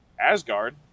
Asgard